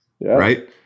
right